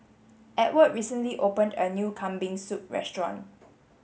Edward recently opened a new Kambing Soup restaurant